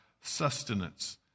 sustenance